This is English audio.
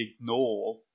ignore